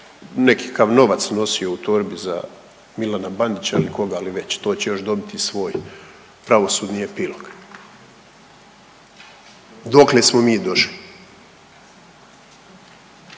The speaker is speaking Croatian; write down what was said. nekakav novac nosio u torbi za Milana Bandića ili koga li već, to će još dobiti svoj pravosudni epilog, dokle smo mi došli.